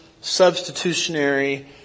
substitutionary